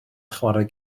chwarae